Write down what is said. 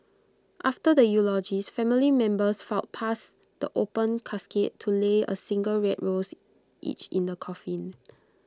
after the eulogies family members filed past the open casket to lay A single red rose each in the coffin